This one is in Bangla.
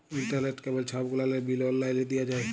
ইলটারলেট, কেবল ছব গুলালের বিল অললাইলে দিঁয়া যায়